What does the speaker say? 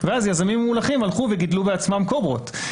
ואז יזמים ממולחים הלכו וגידלו בעצמם קוברות.